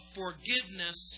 forgiveness